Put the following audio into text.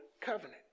covenant